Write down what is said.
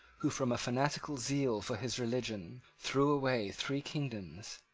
who, from a fanatical zeal for his religion, threw away three kingdoms,